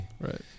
Right